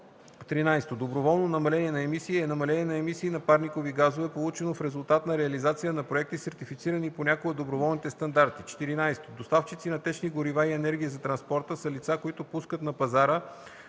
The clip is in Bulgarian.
13. „Доброволно намаление на емисии” е намаление на емисии на парникови газове, получено в резултат на реализацията на проекти, сертифицирани по някой от доброволните стандарти. 14. „Доставчици на течни горива и енергия за транспорта” са лица, които пускат на пазара